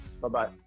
Bye-bye